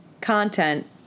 content